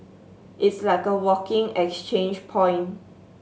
it's like a walking exchange point